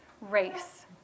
race